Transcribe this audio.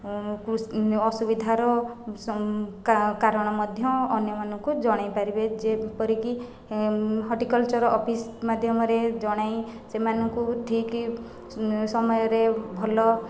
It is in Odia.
ଅସୁବିଧାର କାରଣ ମଧ୍ୟ ଅନ୍ୟମାନଙ୍କୁ ଜଣେଇ ପାରିବେ ଯେପରିକି ହଟିକଲ୍ଚର୍ ଅଫିସ୍ ମାଧ୍ୟମରେ ଜଣାଇ ସେମାନଙ୍କୁ ଠିକ୍ ସମୟରେ ଭଲ